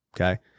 Okay